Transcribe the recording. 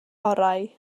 orau